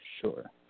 sure